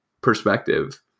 perspective